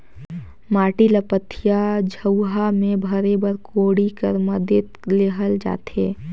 माटी ल पथिया, झउहा मे भरे बर कोड़ी कर मदेत लेहल जाथे